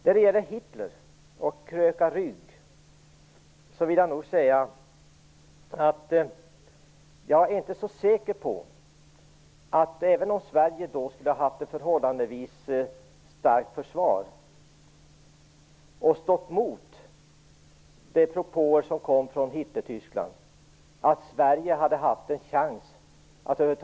När det gäller Hitler och frågan om att kröka rygg vill jag nog säga att jag inte är så säker på att Sverige, även om vi då skulle ha haft ett förhållandevis starkt försvar och hade stått emot de propåer som kom från Hitlertyskland, över huvud taget hade haft en chans att klara sig.